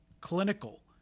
clinical